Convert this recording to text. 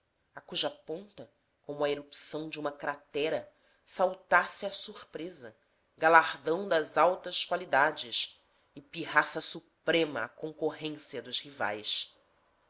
a cuja ponta como a erupção de uma cratera saltasse a surpresa galardão das altas qualidades e pirraça suprema à concorrência dos rivais